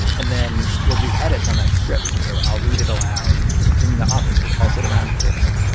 and then we'll do edits on that script. and so i'll read it aloud in the office. we'll all sit around a table,